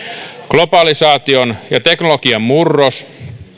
globalisaatio ja teknologian murros